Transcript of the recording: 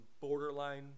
borderline